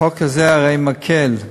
החוק הזה הרי מקל,